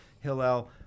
Hillel